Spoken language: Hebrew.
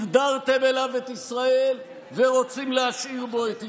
דרדרתם אליו את ישראל ורוצים להשאיר בו את ישראל.